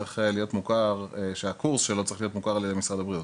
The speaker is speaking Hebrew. צריך שהקורס שלו יהיה מוכר למשרד הבריאות.